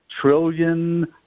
trillion